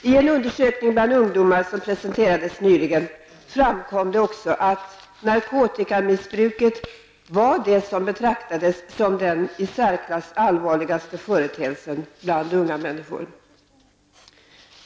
I en undersökning bland ungdomar som presenterades nyligen framkom det också att narkotikamissbruket var det som betraktades som den i särklass allvarligaste företeelsen bland unga människor.